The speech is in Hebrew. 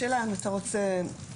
השאלה אם אתה רוצה לשמוע,